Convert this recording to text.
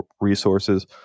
resources